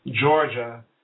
Georgia